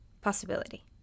possibility